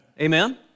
Amen